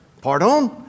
Pardon